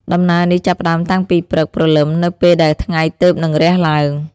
ដំណើរនេះ ចាប់ផ្តើមតាំងពីព្រឹកព្រលឹមនៅពេលដែលថ្ងៃទើបនឹងរះឡើង។